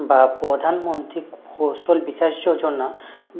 বা প্রধানমন্ত্রী কৌশল বিকাশ যোজনা